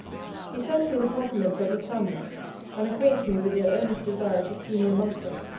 he sends me the compliments of his family and acquaints me with their earnest desire to see me amongst them.